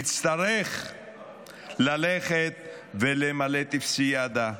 יצטרך ללכת ולמלא טופסיאדה,